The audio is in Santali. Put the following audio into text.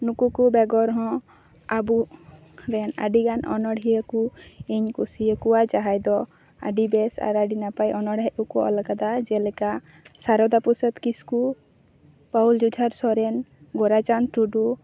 ᱱᱩᱠᱩ ᱠᱚ ᱵᱮᱜᱚᱨ ᱦᱚᱸ ᱟᱵᱚ ᱨᱮᱱ ᱟᱹᱰᱤᱜᱟᱱ ᱚᱱᱲᱦᱤᱭᱟᱹ ᱠᱚ ᱤᱧ ᱠᱩᱥᱤᱭᱟᱠᱚᱣᱟ ᱡᱟᱦᱟᱸᱭ ᱫᱚ ᱟᱹᱰᱤ ᱵᱮᱥ ᱟᱨ ᱟᱹᱰᱤ ᱱᱟᱯᱟᱭ ᱚᱱᱚᱲᱦᱮᱫ ᱠᱚᱠᱚ ᱚᱞ ᱟᱠᱟᱫᱟ ᱡᱮᱞᱮᱠᱟ ᱥᱟᱨᱚᱫᱟ ᱯᱨᱚᱥᱟᱫᱽ ᱠᱤᱥᱠᱩ ᱯᱟᱣᱩᱞ ᱡᱩᱡᱷᱟᱹᱨ ᱥᱚᱨᱮᱱ ᱜᱳᱨᱟᱪᱟᱸᱫᱽ ᱴᱩᱰᱩ